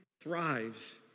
thrives